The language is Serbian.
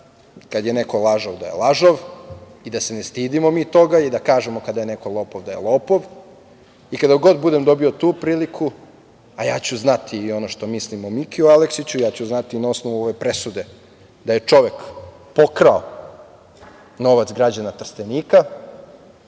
kad je neko lažov da je lažov i da se ne stidimo mi toga, da kažemo kada je neko lopov da je lopov. Kada god budem dobio tu priliku, a ja ću znati i ono što mislim i o Miki Aleksiću, ja ću znati i na osnovu ove presude da je čovek pokrao novac građana Trstenika. Voleo